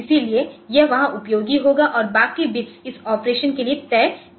इसलिए यह वहां उपयोगी होगा और बाकी बिट्स इस ऑपरेशन के लिए तय किए गए हैं